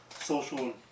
social